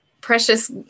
precious